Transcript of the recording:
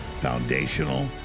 foundational